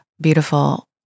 beautiful